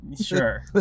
sure